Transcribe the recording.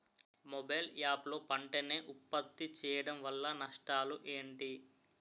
Mobile app లో పంట నే ఉప్పత్తి చేయడం వల్ల నష్టాలు ఏంటి?